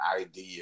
idea